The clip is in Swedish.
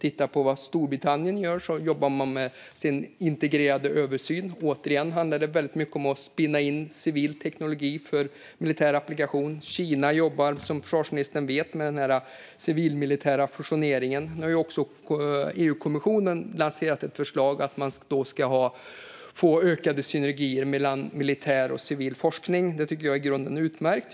I Storbritannien jobbar man med sin integrerade översyn, och även det handlar väldigt mycket om att spinna in civil teknik för militär applikation. Kina jobbar, som försvarsministern vet, med den civil-militära fusioneringen. Nu har också EU-kommissionen lanserat ett förslag som handlar om att man ska få ökade synergier mellan militär och civil forskning. Det tycker jag i grunden är utmärkt.